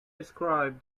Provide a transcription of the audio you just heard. describe